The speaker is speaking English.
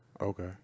okay